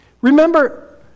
Remember